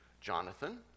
Jonathan